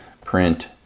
print